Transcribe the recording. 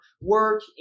work